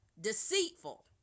Deceitful